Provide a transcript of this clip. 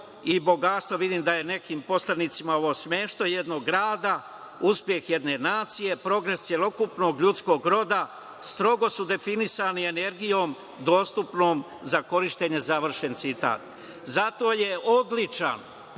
i bogatstvo, vidim da je nekim poslanicima ovo smešno, jednog rada, uspeh jedne nacije, progres celokupnog ljudskog roda, strogo su definisani energijom dostupnom za korišćenje, završen citat. Zato je odličan potez